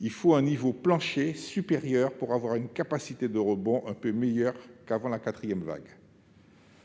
il faut un niveau plancher supérieur pour avoir une capacité de rebond un peu meilleure qu'avant la quatrième vague. »